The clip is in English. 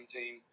team